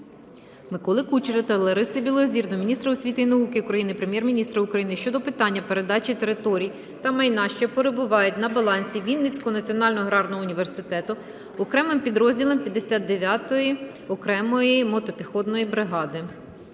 Миколи Кучера та Лариси Білозір до міністра освіти і науки України, Прем'єр-міністра України щодо питання передачі територій та майна, що перебувають на балансі Вінницького національного аграрного університету окремим підрозділам 59-ї окремої мотопіхотної бригади.